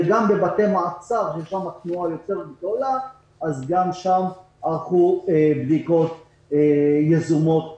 וגם בבתי מעצר שבהם התנועה יותר גדולה ערכו בדיקות יזומות שלנו.